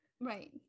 Right